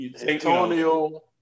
Antonio